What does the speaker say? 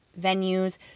venues